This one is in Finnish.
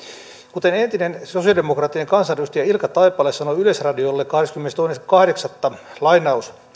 kuten entinen sosialidemokraattinen kansanedustaja ilkka taipale sanoi yleisradiolle kahdeskymmenestoinen kahdeksatta